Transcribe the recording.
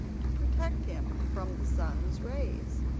to protect him from the sun's rays.